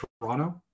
Toronto